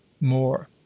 More